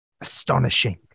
astonishing